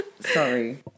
Sorry